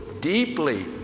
deeply